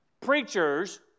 preachers